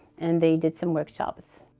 and they did some workshops.